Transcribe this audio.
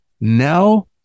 now